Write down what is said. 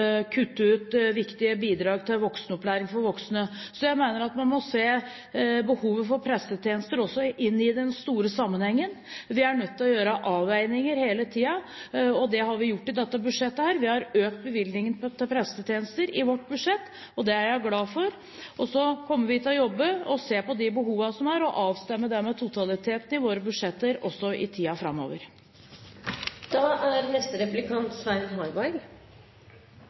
å kutte ut læremidler til samiske unger, halvere tilskuddene til kulturskoler og kutte ut viktige bidrag til voksenopplæring. Jeg mener at man må se behovet for prestetjenester også i den store sammenheng. Vi er hele tiden nødt til å gjøre avveininger. Det har vi gjort i dette budsjettet, vi har økt bevilgningen til prestetjenester. Det er jeg glad for. Vi kommer til å jobbe og se på de behovene som er, og så avstemme det med totaliteten i våre budsjetter – også i tiden framover. Da